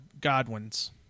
Godwins